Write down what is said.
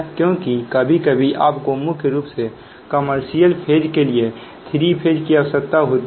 क्योंकि कभी कभी आपको मुख्य रूप से कमर्शियल पेज के लिए 3 फेज की आवश्यकता होती है